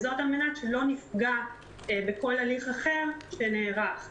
וזאת על מנת שלא נפגע בכל הליך אחר שנערך כרגע.